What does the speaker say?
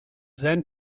then